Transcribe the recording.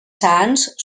sants